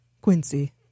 Quincy